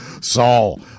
Saul